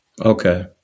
Okay